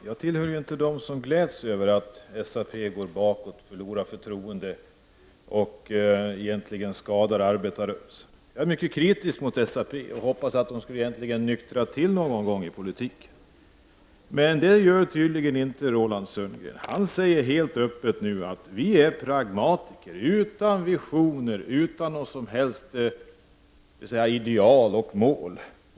Herr talman! Jag är inte en av dem som gläds över att SAP går bakåt och förlorar förtroende och därmed skadar arbetarrörelsen. Jag är mycket kritisk mot socialdemokraterna och hoppas att de någon gång skall nyktra till i politiken. Men det gör tydligen inte Roland Sundgren. Han säger nu helt öppet att socialdemokraterna är pragmatiker utan visioner och utan några som helst ideal och mål.